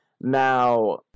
Now